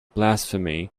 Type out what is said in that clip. blasphemy